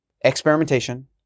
experimentation